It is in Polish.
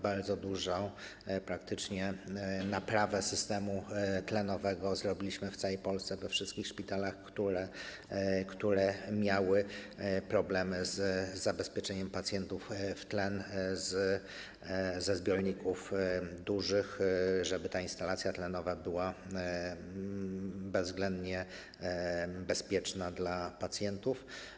Bardzo dużo, praktycznie naprawę systemu tlenowego zrobiliśmy w całej Polsce, we wszystkich szpitalach, które miały problemy z zabezpieczeniem pacjentów w tlen z dużych zbiorników, żeby ta instalacja tlenowa była bezwzględnie bezpieczna dla pacjentów.